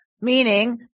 meaning